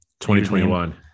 2021